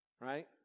Right